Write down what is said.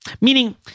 Meaning